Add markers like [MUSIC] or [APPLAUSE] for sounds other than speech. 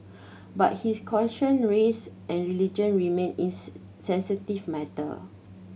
[NOISE] but he is cautioned race and religion remained [UNINTELLIGIBLE] sensitive matter